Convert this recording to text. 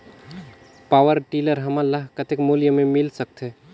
Power tiller हमन ल कतेक मूल्य मे मिल सकथे?